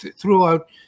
throughout